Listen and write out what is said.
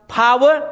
power